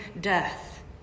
death